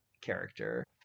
character